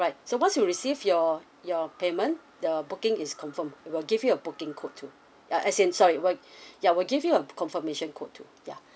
right so once we received your your payment the booking is confirmed we will give you a booking code too uh as in sorry we'll ya we'll give you a confirmation code too ya